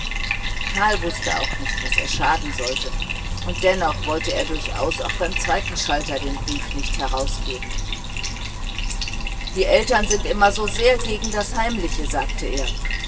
karl wußte auch nicht was er schaden sollte und dennoch wollte er durchaus auch beim zweiten schalter den brief nicht herausgeben die eltern sind immer so sehr gegen alles heimliche sagte er